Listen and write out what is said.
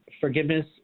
forgiveness